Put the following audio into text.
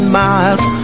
miles